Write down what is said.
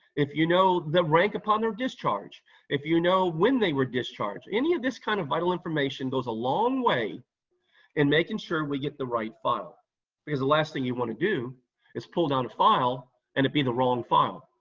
if you know the rank upon their discharge, if you know when they were discharged. any of this kind of vital information goes a long way in making sure we get the right file because the last thing you wanna do is pulled out a file and it be the wrong file.